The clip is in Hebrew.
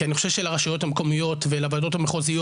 כי אני חושב שלרשויות המקומיות ולוועדות המחוזיות